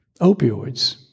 opioids